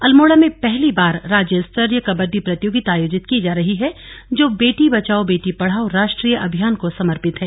अल्मोड़ा में पहली बार राज्य स्तरीय कबड्डी प्रतियोगिता आयोजित की जा रही है जो बेटी बचाओ बेटी पढ़ाओ राष्ट्रीय अभियान को समर्पित है